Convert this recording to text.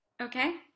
Okay